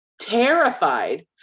terrified